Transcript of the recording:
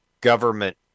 government